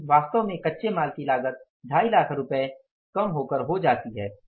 लेकिन वास्तव में कच्चे माल की लागत 25 लाख रुपये कम हो जाती है